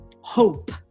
hope